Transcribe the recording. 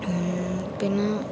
പിന്നെ